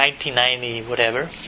1990-whatever